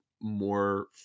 more